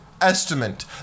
estimate